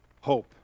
hope